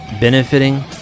benefiting